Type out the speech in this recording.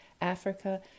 Africa